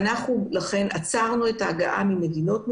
בשל כך עצרנו את ההגעה ממדינות מסוימות,